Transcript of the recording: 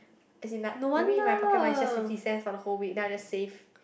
as in like maybe my pocket money is just fifty cents for the whole week then I'll just save